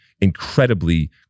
incredibly